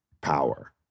power